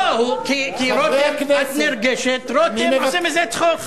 לא, כי את נרגשת, רותם עושה מזה צחוק,